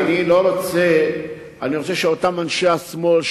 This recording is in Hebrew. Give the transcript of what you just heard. אני רוצה שאותם אנשי השמאל,